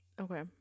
Okay